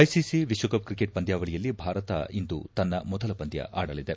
ICC ವಿಶ್ವಕಪ್ cricket ಪಂದ್ವಾವಳಿಯಲ್ಲಿ ಭಾರತ ಇಂದು ತನ್ನ ಮೊದಲ ಪಂದ್ವ ಆಡಲಿದೆ